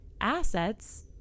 assets